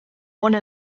one